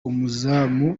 umuzamu